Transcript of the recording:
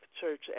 Church